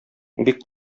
бик